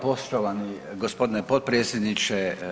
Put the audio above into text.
Poštovani g. potpredsjedniče.